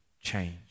change